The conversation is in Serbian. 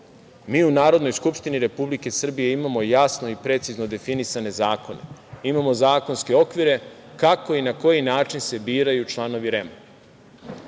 mi u Narodnoj skupštini Republike Srbije imamo jasno i precizno definisane zakone, imamo zakonske okvire kako i na koji način se biraju članovi REM.